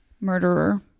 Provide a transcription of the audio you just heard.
murderer